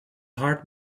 heart